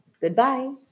goodbye